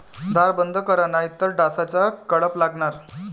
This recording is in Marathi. दार बंद करा नाहीतर डासांचा कळप लागणार